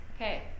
okay